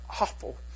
awful